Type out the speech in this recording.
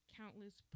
countless